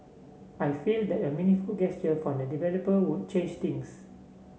I feel that a meaningful gesture from the developer would change things